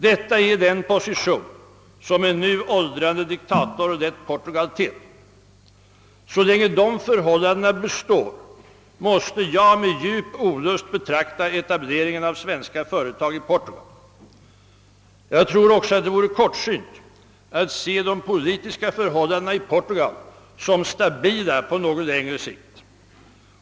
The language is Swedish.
Detta är den position som en nu åldrande diktator lett Portugal till. Så länge dessa förhållanden består måste jag med djup olust betrakta etableringen av svenska företag i Portugal. Jag tror också att det vore kortsynt att se de politiska förhållandena i Portugal som stabila på något längre sikt.